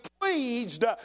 pleased